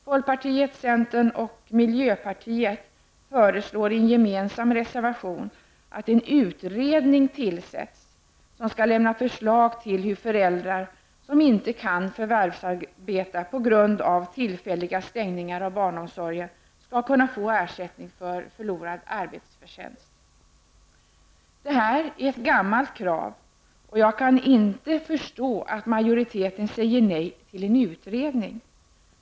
Folkpartiet, centern och miljöpartiet föreslår i en gemensam reservation att en utredning tillsätts, som skall lämna förslag till hur föräldrar som inte kan förvärvsarbeta på grund av tillfälliga stängningar av barnomsorgen skall kunna få ersättning för förlorad arbetsförtjänst. Det här är ett gammalt krav, och jag kan inte förstå att majoriteten säger nej till en utredning.